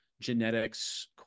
genetics